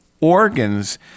organs